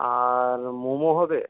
আর মোমো হবে